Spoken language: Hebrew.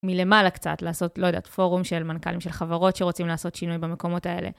מלמעלה קצת לעשות לא יודעת פורום של מנכלים של חברות שרוצים לעשות שינוי במקומות האלה.